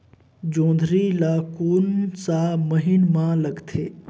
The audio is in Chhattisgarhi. जोंदरी ला कोन सा महीन मां लगथे?